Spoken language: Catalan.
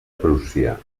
prússia